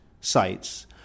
sites